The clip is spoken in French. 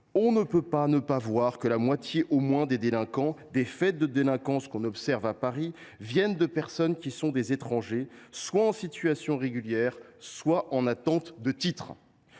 on ne peut pas ne pas voir que la moitié au moins des faits de délinquance qu’on observe viennent de personnes qui sont des étrangers, soit en situation irrégulière, soit en attente de titre